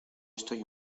estoy